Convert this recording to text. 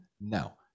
No